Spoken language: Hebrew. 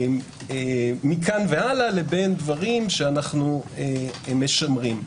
מכאן והלאה לדברים שאנו משמרים.